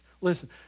Listen